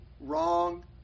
wrong